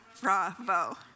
bravo